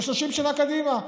זה 30 שנה קדימה.